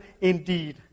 indeed